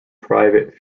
private